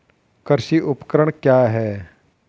कृषि उपकरण क्या है?